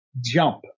jump